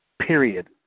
period